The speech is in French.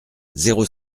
zéro